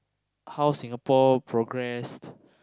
how Singapore progressed